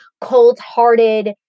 cold-hearted